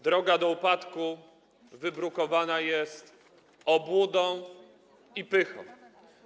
Droga do upadku wybrukowana jest obłudą i pychą.